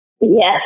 yes